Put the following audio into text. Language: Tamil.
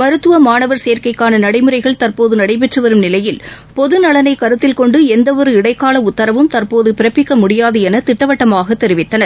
மருத்துவ மாணவர் சேர்க்கைக்கான நடைமுறைகள் தற்போது நடைபெற்று வரும் நிலையில் பொதுநலனை கருத்தில்கொண்டு எந்தவொரு இடைக்கால உத்தரவும் தற்போது பிறப்பிக்க முடியாது என திட்டவட்டமாக தெரிவித்தனர்